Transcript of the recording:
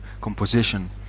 composition